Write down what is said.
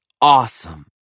awesome